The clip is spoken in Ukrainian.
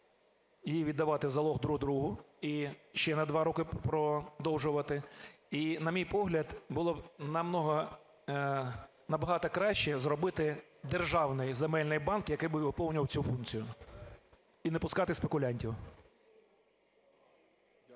її віддавати в залог друг другу і ще на 2 роки продовжувати. І, на мій погляд, було б набагато краще зробити державний земельний банк, який би виповнював цю функцію, і не пускати спекулянтів.